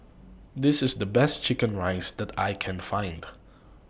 This IS The Best Chicken Rice that I Can Find